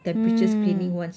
mm